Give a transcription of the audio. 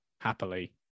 Happily